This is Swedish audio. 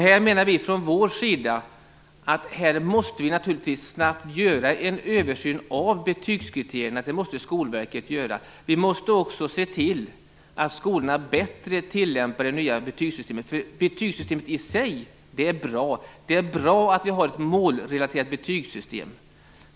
Vi moderater menar att Skolverket snabbt måste göra en översyn av betygskriterierna. Vi måste också se till att skolorna bättre tillämpar det nya betygssystemet. Betygssystemet i sig är nämligen bra. Det är bra att vi har ett målrelaterat betygssystem.